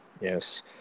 Yes